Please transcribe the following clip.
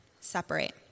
separate